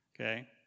Okay